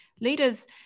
Leaders